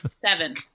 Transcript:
Seven